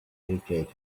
irritated